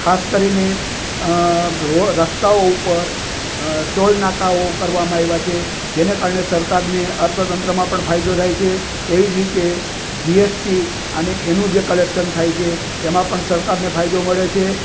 ખાસ કરીને રોડ રસ્તાઓ ઉપર ટોલનાકાઓ કરવામાં આવ્યા છે જેને કારણે સરકારને અર્થતંત્રમાં પણ ફાયદો થાય છે તેવી જ રીતે જીએસટી અને તેનું જે કલેક્સન થાય છે તેમાં પણ સરકારને ફાયદો મળે છે